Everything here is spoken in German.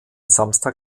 samstag